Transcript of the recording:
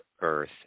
earth